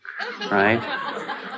Right